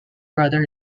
brother